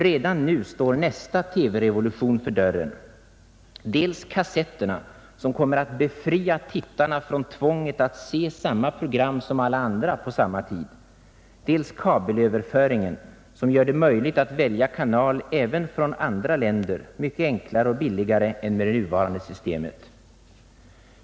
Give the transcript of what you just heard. Redan nu står nästa TV-revolution för dörren: dels kassetterna som kommer att befria tittarna från tvånget att se samma program som alla andra på samma tid, dels kabelöverföringen som gör det möjligt att välja kanal även från andra länder mycket enklare och billigare än med det nuvarande systemet.